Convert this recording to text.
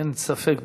אין ספק בכלל.